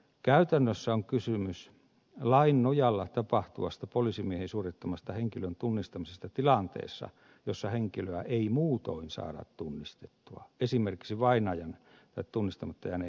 käytännössä on kysymys lain nojalla tapahtuvasta poliisimiehen suorittamasta henkilön tunnistamisesta tilanteessa jossa henkilöä ei muutoin saada tunnistettua esimerkiksi vainajan tai tunnistamatta jääneen henkilöllisyyden selvittämiseksi